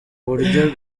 buryo